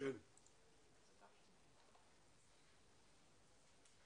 אתה היית איתנו מהרגע הראשון, שמעת את כל הדיון?